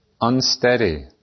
unsteady